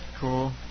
Cool